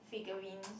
figurines